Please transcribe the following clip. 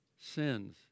Sins